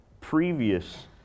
previous